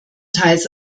teils